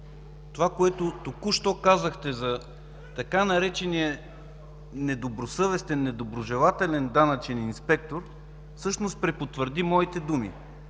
Това, което току-що казахте за така наречения „недобросъвестен, недоброжелателен данъчен инспектор”, всъщност препотвърди моите думи.